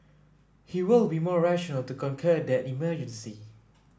he will be more rational to conquer that emergency